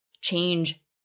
change